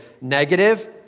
negative